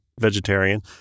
vegetarian